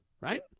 right